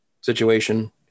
Situation